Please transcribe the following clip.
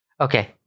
Okay